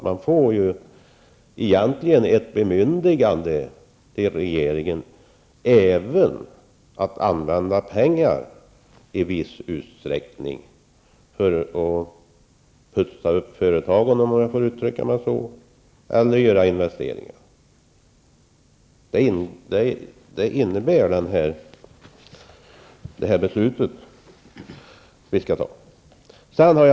Man ger ju egentligen ett bemyndigande till regeringen att använda pengarna i viss utsträckning till att putsa upp företag -- om jag får uttrycka mig så -- eller till att göra investeringar. Det är vad det beslut som nu kommer att fattas innebär.